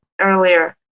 earlier